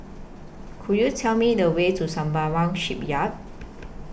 Could YOU Tell Me The Way to Sembawang Shipyard